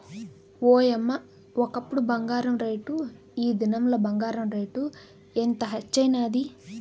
ఓయమ్మ, ఒకప్పుడు బంగారు రేటు, ఈ దినంల బంగారు రేటు ఎంత హెచ్చైనాది